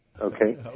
Okay